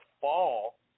fall